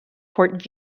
port